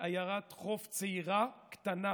עיירת חוף צעירה קטנה,